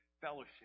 fellowship